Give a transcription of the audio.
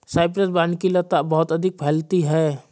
Cyprus wine की लता बहुत अधिक फैलती है